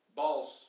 boss